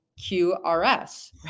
QRS